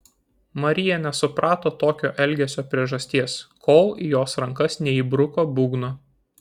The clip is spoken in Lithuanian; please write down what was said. marija nesuprato tokio elgesio priežasties kol į jos rankas neįbruko būgno